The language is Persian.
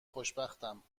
خوشبختم